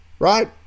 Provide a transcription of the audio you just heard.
Right